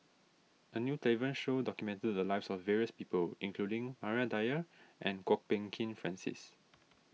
a new television show documented the lives of various people including Maria Dyer and Kwok Peng Kin Francis